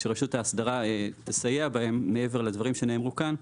שרשות האסדרה תסייע בהם מעבר לדברים שנאמרו כאן,